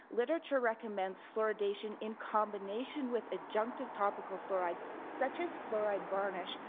literature recommends fluoridation in combination with adjunctive topical fluoride such as fluoride varnish.